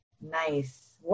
Nice